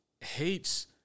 hates